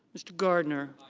mr. gardner.